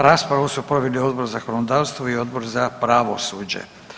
Raspravu su proveli Odbor za zakonodavstvo i Odbor za pravosuđe.